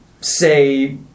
say